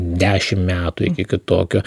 dešimt metų iki tokio